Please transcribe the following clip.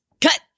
cut